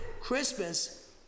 Christmas